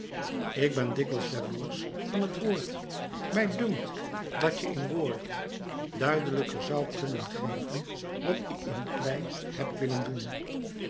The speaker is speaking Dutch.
ik ben dikwijls jaloersch van het woord mij dunkt dat je in woord duidelijker zoû kunnen geven wat ik in klei heb willen doen